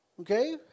Okay